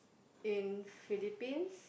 in Philippines